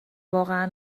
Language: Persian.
واقعا